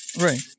Right